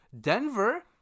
Denver